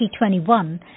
2021